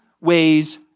ways